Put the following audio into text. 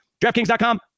draftkings.com